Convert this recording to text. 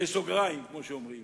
במירכאות, כמו שאומרים.